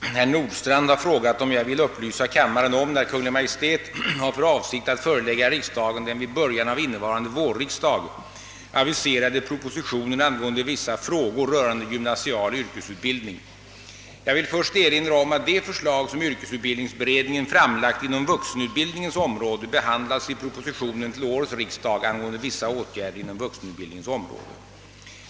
Herr talman! Herr Nordstrandh har frågat om jag vill upplysa kammaren om när Kungl. Maj:t har för avsikt att förelägga riksdagen den vid början av innevarande vårriksdag aviserade propositionen angående vissa frågor rörande gymnasial yrkesutbildning. Jag vill först erinra om att de förslag som yrkesutbildningsberedningen framlagt inom vuxenutbildningens område behandlats i propositionen till årets riksdag angående vissa åtgärder inom vuxenutbildningens område.